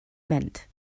meant